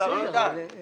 משרד השיכון לא ביצע?